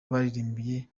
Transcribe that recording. baririmbye